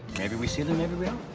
maybe we see them, maybe we don't.